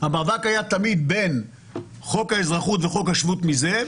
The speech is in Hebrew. המאבק היה תמיד בין חוק האזרחות וחוק השבות מזה,